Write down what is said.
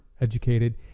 educated